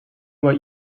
what